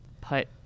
put